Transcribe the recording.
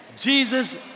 Jesus